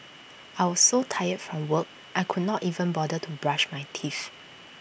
I was so tired from work I could not even bother to brush my teeth